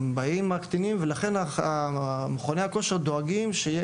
הקטינים בהם ולכן מכוני הכושר דואגים שיהיה